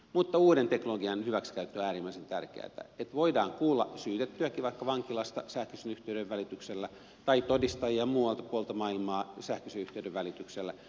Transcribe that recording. mutta uuden teknologian hyväksikäyttö on äärimmäisen tärkeätä se että voidaan kuulla syytettyäkin vaikka vankilasta sähköisen yhteyden välityksellä tai todistajia muualta puolelta maailmaa sähköisen yhteyden välityksellä